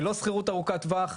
זה לא שכירות ארוכת טווח.